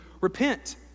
repent